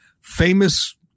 famous